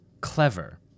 clever